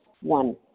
One